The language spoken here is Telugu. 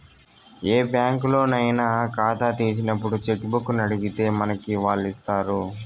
ఏ బ్యాంకులోనయినా కాతా తీసినప్పుడు చెక్కుబుక్కునడిగితే మనకి వాల్లిస్తారు